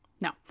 no